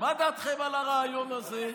מה דעתכם על הרעיון הזה?